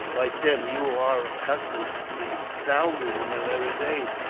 why, tim, you are accustomed to see thousands of men, every day,